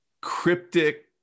cryptic